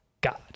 God